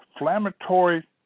inflammatory